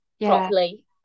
properly